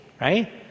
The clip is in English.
right